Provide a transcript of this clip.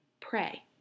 Pray